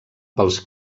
pels